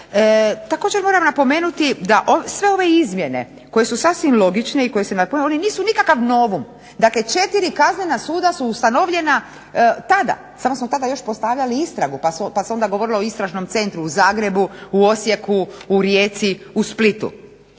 Također moram napomenuti da sve ove izmjene koje su sasvim logične i koje se …/Ne razumijem se./…, one nisu nikakav novum, dakle četiri kaznena suda su ustanovljena tada, samo smo tada još postavljali istragu pa se onda govorilo o istražnom centru u Zagrebu, u Osijeku, u Rijeci, u Splitu.